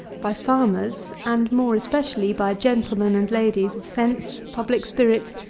by farmers, and more especially by gentlemen and ladies of sense, public spirit,